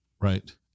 Right